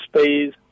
space